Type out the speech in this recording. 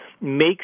makes